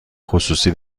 خصوصی